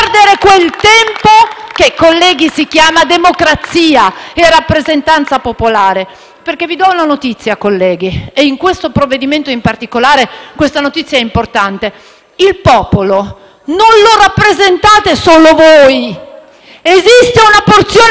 perdere quel tempo che - colleghi - si chiama democrazia e rappresentanza popolare. *(Applausi dal Gruppo FI-BP)*. Vi do una notizia, colleghi, e in questo provvedimento in particolare questa notizia è importante: il popolo non lo rappresentate solo voi, ma esiste una porzione